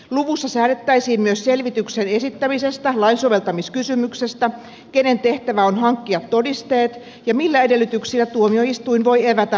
luvussa säädettäisiin myös selvityksen esittämisestä lainsoveltamiskysymyksestä ja siitä kenen tehtävä on hankkia todisteet ja millä edellytyksillä tuomioistuin voi evätä tarjotun näytön